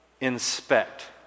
Inspect